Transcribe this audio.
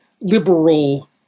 liberal